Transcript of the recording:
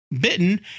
Bitten